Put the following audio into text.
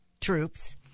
troops